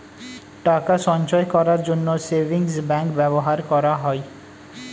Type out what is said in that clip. টাকা সঞ্চয় করার জন্য সেভিংস ব্যাংক ব্যবহার করা হয়